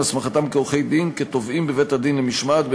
הסמכתם כעורכי-דין לתובעים בבית-הדין למשמעת,